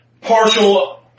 partial